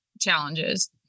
challenges